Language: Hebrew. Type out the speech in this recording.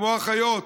כמו אחיות.